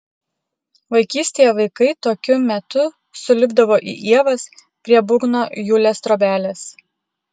vaikystėje vaikai tokiu metu sulipdavo į ievas prie būgno julės trobelės